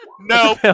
No